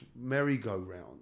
merry-go-round